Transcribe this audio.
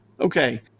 Okay